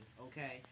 okay